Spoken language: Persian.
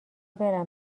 برم